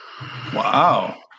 wow